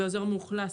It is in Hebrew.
באזור מאוכלס,